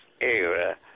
era